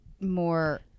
more